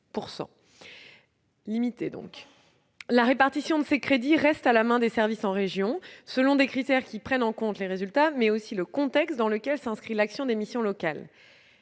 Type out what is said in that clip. limitée de 1,8 %. La répartition de ces crédits reste à la main des services en région, selon des critères prenant en compte les résultats, mais aussi le contexte dans lequel s'inscrit l'action des missions locales.